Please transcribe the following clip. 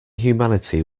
humanity